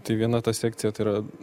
tai viena ta sekcija tai yra